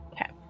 Okay